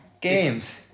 Games